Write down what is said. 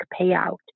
payout